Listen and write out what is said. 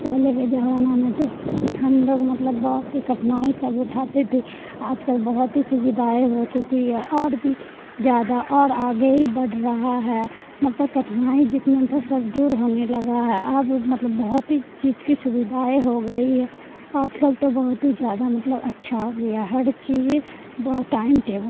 پہلے کے زمانہ میں تو ہم لوگ مطلب بہت ہی کٹھنائی سب اٹھاتے تھے آج کل بہت ہی سویدھائیں ہو چکی ہے اور بھی زیادہ اور آگے ہی بڑھ رہا ہے مطلب کٹھنائی جتنا تھا سب دور ہونے لگا ہے اب مطلب بہت ہی چیز کی سویدھائیں ہو گئی ہے آج کل تو بہت ہی زیادہ مطلب اچھا ہو گیا ہر چیز بہت ٹائم ٹیبل